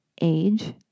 age